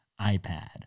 iPad